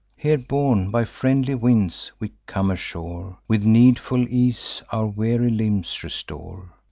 here, borne by friendly winds, we come ashore, with needful ease our weary limbs restore,